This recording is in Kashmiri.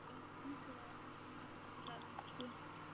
تہِ گَژھِ آسُن سورُے یہِ خانٛدرَس لگان چھُ